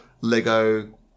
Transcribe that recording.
Lego